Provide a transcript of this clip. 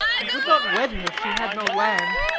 i would not wed her if she had no land